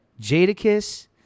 Jadakiss